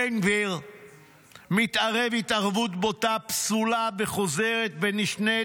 בן גביר מתערב התערבות בוטה, פסולה וחוזרת ונשנית,